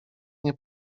nie